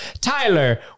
Tyler